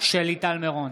שלי טל מירון,